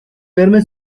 verme